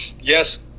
Yes